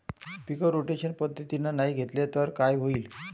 पीक rotation पद्धतीनं नाही घेतलं तर काय होईन?